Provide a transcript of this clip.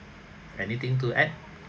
anything to add